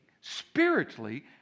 spiritually